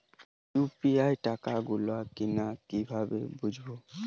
UPI টাকা গোল কিনা কিভাবে বুঝব?